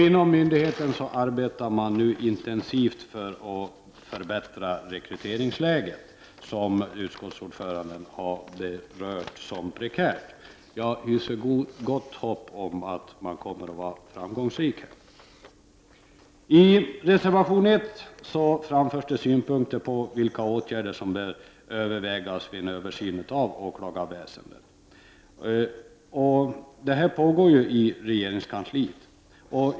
Inom myndigheten arbetar man nu intensivt för att förbättra rekryteringsläget, som enligt utskottets ordförande är prekärt. Jag hyser gott hopp om att man kommer att vara framgångsrik i detta sammanhang. I reservation 1 framförs synpunkter på vilka åtgärder som bör övervägas vid den översyn av åklagarväsendet som pågår i regeringskansliet.